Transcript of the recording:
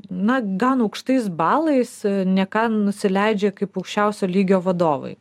na gan aukštais balais ne ką nusileidžia kaip aukščiausio lygio vadovai